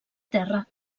terra